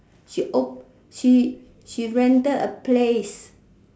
she rented a place